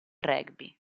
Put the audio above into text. rugby